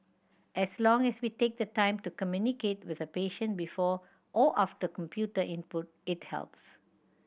as long as we take the time to communicate with a patient before or after computer input it helps